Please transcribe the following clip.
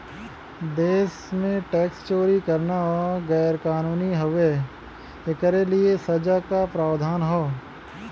देश में टैक्स चोरी करना गैर कानूनी हउवे, एकरे लिए सजा क प्रावधान हौ